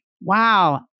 Wow